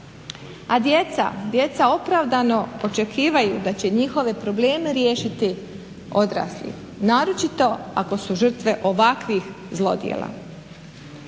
djeca opravdano očekuju da će njihove probleme riješiti odrasli. Naročito ako su žrtve ovakvih zlodjela.